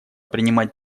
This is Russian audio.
принимать